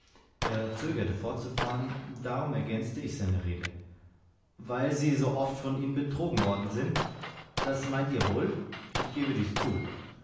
er zögerte fortzufahren darum ergänzte ich seine rede weil sie so oft von ihnen betrogen worden sind das meint ihr wohl ich gebe dies zu